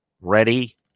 ready